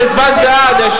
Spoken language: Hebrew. את הצבעת בעד.